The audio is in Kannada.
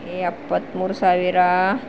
ಎಪ್ಪತ್ಮೂರು ಸಾವಿರ